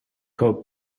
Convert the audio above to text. coke